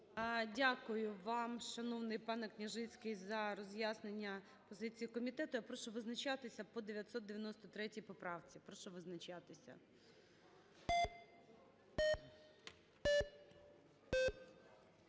Дякую вам, шановний пане Княжицький, за роз'яснення комітету. Я прошу визначатися по 993 поправці.